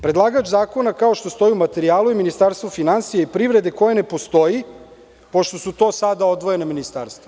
Predlagač zakona, kao što stoji u materijalu, je Ministarstvo finansija i privrede, koje ne postoji, pošto su to sada odvojena ministarstva.